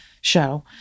show